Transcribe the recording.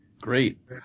great